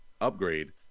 upgrade